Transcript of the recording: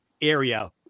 area